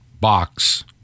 box